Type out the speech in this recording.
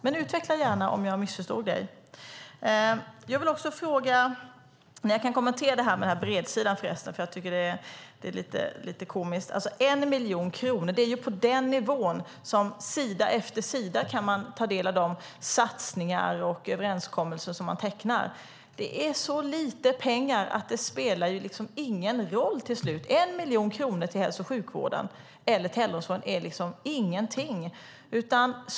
Men utveckla gärna detta om jag missförstod dig, Anders Andersson. Jag kan kommentera det här med bredsidan, för det är lite komiskt. Det handlar om 1 miljon kronor. Det är på den nivån, men på sida efter sida kan man ta del av de satsningar och överenskommelser som man tecknar. Det är så lite pengar att det inte spelar någon roll till slut. 1 miljon kronor till äldreomsorgen är liksom ingenting.